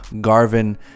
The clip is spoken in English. Garvin